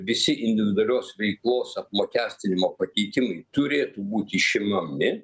visi individualios veiklos apmokestinimo pakeitimai turėtų būti išimami